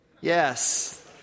Yes